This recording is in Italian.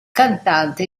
cantante